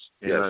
Yes